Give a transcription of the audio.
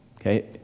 Okay